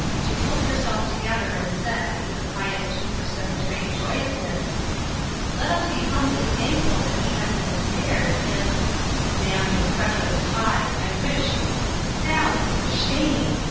she pulled herself together and said, with a pious two-per-cent. trade joyousness let us be humbly thankful that he has been spared and damn his treacherous hide, i wish sally! for shame!